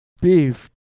beef